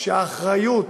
שהאחריות